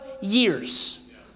years